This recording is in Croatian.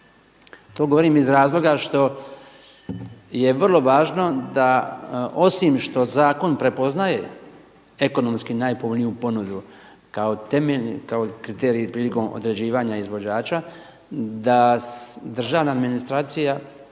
To govorim iz razloga što je vrlo važno da osim što zakon prepoznaje ekonomski najpovoljniju ponudu kao kriterij prilikom određivanja izvođača, da državna administracija,